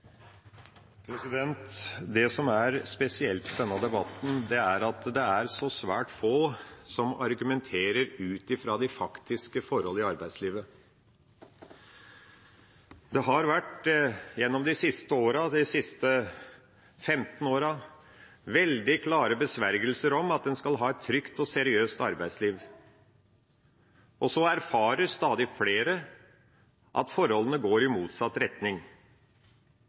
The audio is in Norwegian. som heretter får ordet, har en taletid på inntil 3 minutter. Det spesielle i denne debatten er at svært få argumenterer ut ifra de faktiske forhold i arbeidslivet. Gjennom de siste 15 årene har det vært veldig klare besvergelser om at en skal ha et trygt og seriøst arbeidsliv, og så erfarer stadig flere at forholdene går i motsatt retning.